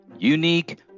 unique